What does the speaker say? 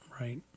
right